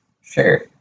Sure